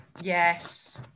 yes